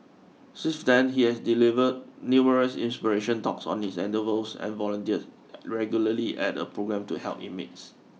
since then he has delivered numerous inspirational talks on his endeavours and volunteers regularly at a programme to help inmates